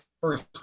first